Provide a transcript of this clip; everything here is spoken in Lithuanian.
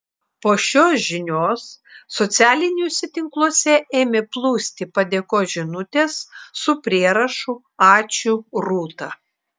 po šios žinios socialiniuose tinkluose ėmė plūsti padėkos žinutės su prierašu ačiū rūta